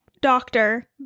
doctor